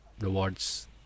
rewards